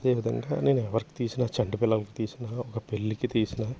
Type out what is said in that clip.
అదేవిధంగా నేను ఎవరికి తీసినా చంటి పిల్లలకి తీసినా ఒక పెళ్ళికి తీసినా